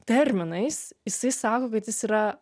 terminais jisai sako kad jis yra